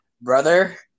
brother